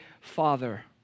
Father